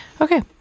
Okay